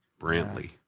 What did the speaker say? Brantley